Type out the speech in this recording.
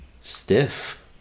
Stiff